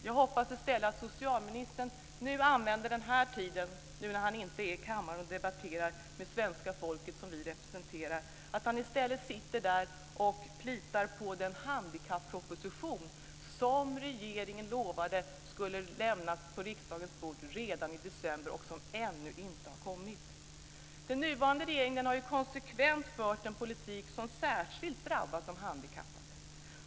Jag hoppas i stället att socialministern nu använder den här tiden när han inte är i kammaren och debatterar med svenska folket som vi representerar till att sitta och plita på den handikapproposition som regeringen lovade skulle överlämnas till riksdagen redan i december men som ännu inte har kommit. Den nuvarande regeringen har ju konsekvent fört en politik som särskilt drabbat de handikappade.